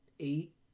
eight